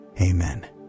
Amen